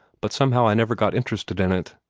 but somehow i never got interested in it.